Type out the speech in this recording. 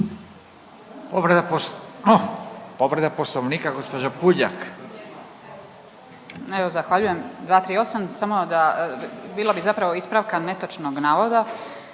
Povreda Poslovnika gospođa Puljak.